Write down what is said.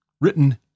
written